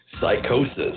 Psychosis